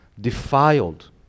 defiled